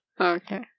Okay